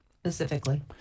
Specifically